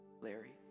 Larry